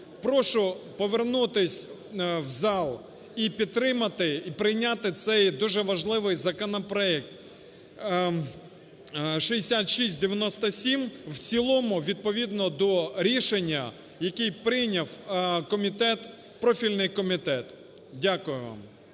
прошу повернутися в зал і підтримати, і прийняти цей дуже важливий законопроект 6697 в цілому відповідно до рішення, яке прийняв комітет, профільний комітет. Дякую вам.